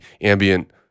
ambient